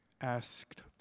asked